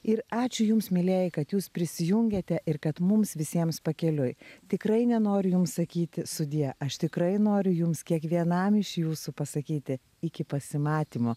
ir ačiū jums mielieji kad jūs prisijungėte ir kad mums visiems pakeliui tikrai nenoriu jums sakyti sudie aš tikrai noriu jums kiekvienam iš jūsų pasakyti iki pasimatymo